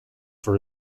for